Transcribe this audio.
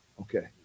Okay